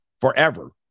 forever